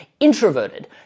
introverted